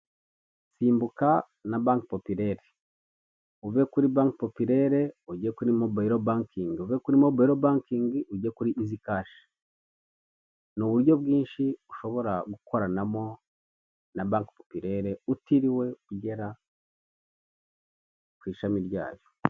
Simbuka na bank populaire uve kuri banki popureri ujye kuri mobayiro bankingi uve kuri mobayiro bankingi ujya kuri is kashi ni uburyo bwinshi ushobora gukoranamo na banki papurere utiriwe ugera ku ishami ryayo.